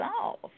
solve